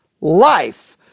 life